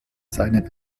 seinen